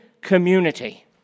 community